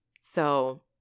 So-